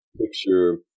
picture